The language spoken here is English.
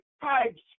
pipes